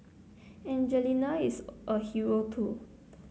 Angelina is a hero too